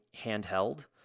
handheld